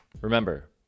Remember